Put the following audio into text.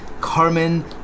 Carmen